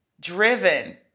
driven